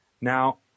now